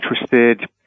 interested